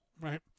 right